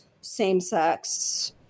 same-sex